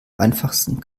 einfachsten